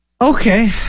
Okay